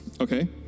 Okay